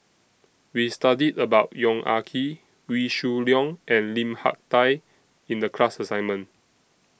We studied about Yong Ah Kee Wee Shoo Leong and Lim Hak Tai in The class assignment